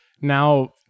now